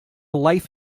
life